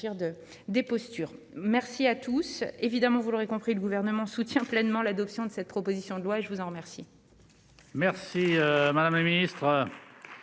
merci à tous, évidemment, vous l'aurez compris le gouvernement soutient pleinement l'adoption de cette proposition de loi, je vous en remercie.